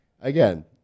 again